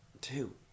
Two